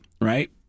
right